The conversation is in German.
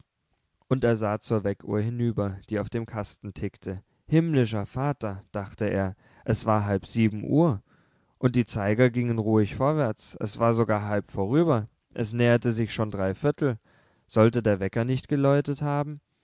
und er sah zur weckuhr hinüber die auf dem kasten tickte himmlischer vater dachte er es war halb sieben uhr und die zeiger gingen ruhig vorwärts es war sogar halb vorüber es näherte sich schon drei viertel sollte der wecker nicht geläutet haben